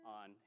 on